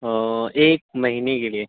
ہاں ایک مہینے کے لیے